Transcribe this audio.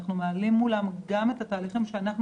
אנחנו מעלים מולם גם את התהליכים שאנחנו,